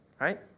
right